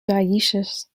dioecious